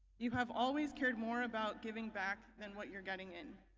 you have always cared more about giving back than what you're getting in.